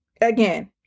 again